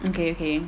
okay okay